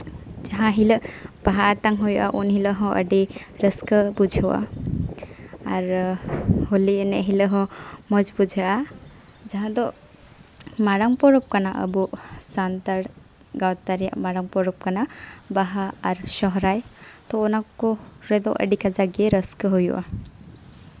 ᱡᱟᱦᱟᱸ ᱦᱤᱞᱳᱜ ᱵᱟᱦᱟ ᱟᱛᱟᱝ ᱦᱩᱭᱩᱜᱼᱟ ᱩᱱ ᱦᱤᱞᱳᱜ ᱦᱚᱸ ᱟᱹᱰᱤ ᱨᱟᱹᱥᱠᱟᱹ ᱵᱩᱡᱷᱟᱹᱜᱼᱟ ᱟᱨ ᱦᱳᱞᱤ ᱮᱱᱮᱡ ᱦᱤᱞᱳᱜ ᱦᱚᱸ ᱢᱚᱡᱽ ᱵᱩᱡᱷᱟᱹᱜᱼᱟ ᱡᱟᱦᱟᱸ ᱫᱚ ᱢᱟᱨᱟᱝ ᱯᱚᱨᱚᱵᱽ ᱠᱟᱱᱟ ᱟᱵᱚ ᱥᱟᱱᱛᱟᱲ ᱜᱟᱶᱛᱟ ᱨᱮᱭᱟᱜ ᱢᱟᱨᱟᱝ ᱯᱚᱨᱚᱵᱽ ᱠᱟᱱᱟ ᱵᱟᱦᱟ ᱟᱨ ᱥᱚᱦᱨᱟᱭ ᱛᱳ ᱚᱱᱟᱠᱚ ᱨᱮᱫᱚ ᱟᱹᱰᱤ ᱠᱟᱡᱟᱠ ᱜᱮ ᱨᱟᱹᱥᱠᱟᱹ ᱦᱳᱭᱳᱜᱼᱟ